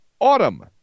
autumn